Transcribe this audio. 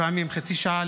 לפעמים חצי שעה,